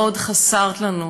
מאוד חסרת לנו.